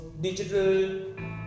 digital